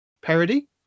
Parody